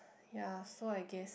ya so I guess